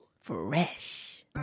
Fresh